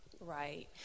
Right